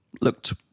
looked